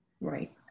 right